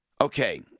Okay